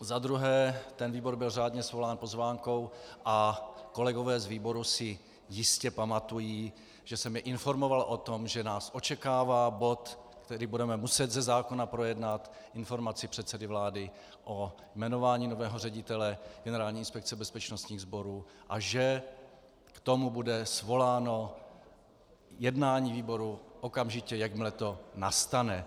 Za druhé, výbor byl řádně svolán pozvánkou a kolegové z výboru si jistě pamatují, že jsem je informoval o tom, že nás očekává bod, který budeme muset ze zákona projednat, Informaci předsedy vlády o jmenování nového ředitele Generální inspekce bezpečnostních sborů, a že k tomu bude svoláno jednání výboru okamžitě, jakmile to nastane.